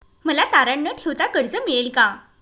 मला तारण न ठेवता कर्ज मिळेल का?